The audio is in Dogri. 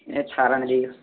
एह् ठारां तरीक